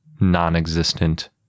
non-existent